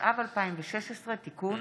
התשע"ו 2016 (תיקון),